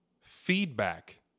feedback